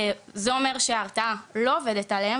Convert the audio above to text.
זה אומר שההרתעה לא עובדת עליהם,